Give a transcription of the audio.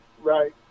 right